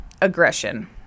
aggression